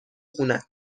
خونهت